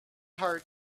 hard